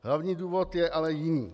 Hlavní důvod je ale jiný.